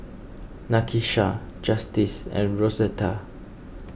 Nakisha Justice and Rosetta